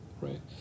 right